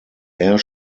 air